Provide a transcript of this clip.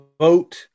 vote